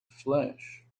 flesh